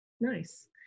Nice